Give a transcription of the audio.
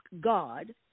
God